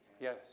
Yes